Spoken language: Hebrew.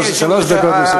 שלוש דקות לרשותך.